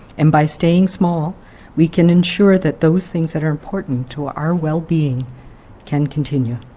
and by staying small we can ensure that those things that are important to our well being can continue.